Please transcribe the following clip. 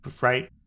right